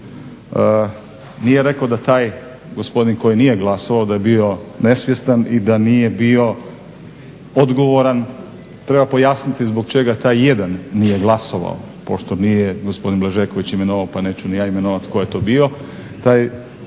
Nije rekao da taj gospodin koji nije glasovao da je bio nesvjestan i da nije bio odgovoran, treba pojasniti zbog čega taj jedan nije glasovao. Pošto nije gospodin Blažeković imenovao pa neću ni ja imenovat tko je to bio.